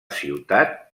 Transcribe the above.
ciutat